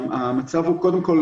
קודם כל,